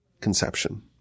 conception